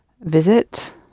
visit